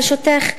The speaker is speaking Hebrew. ברשותך,